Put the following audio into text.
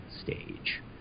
stage